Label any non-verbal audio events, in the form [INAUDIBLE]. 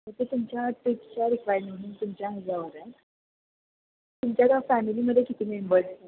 तसं तुमच्या ट्र्रीपच्या रिक्वायरमेंट तुमच्या [UNINTELLIGIBLE] तुमच्या फॅमिलीमध्ये किती मेंबर्स